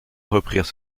reprirent